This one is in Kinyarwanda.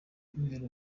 kubera